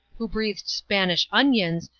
who breathed spanish onions,